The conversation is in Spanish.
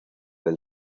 del